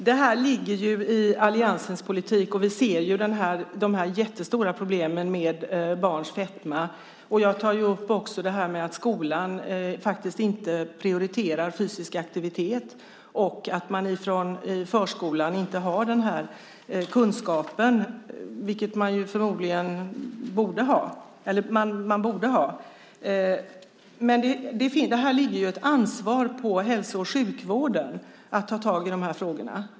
Herr talman! Det ligger i alliansens politik. Vi ser de jättestora problemen med barns fetma. Jag tar också upp att skolan inte prioriterar fysisk aktivitet och att man i förskolan inte har den kunskapen, vilket man borde ha. Det ligger ett ansvar på hälso och sjukvården att ta tag i de frågorna.